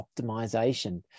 optimization